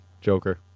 Joker